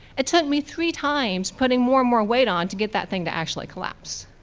it took me three times, putting more and more weight on to get that thing to actually collapse,